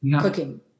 cooking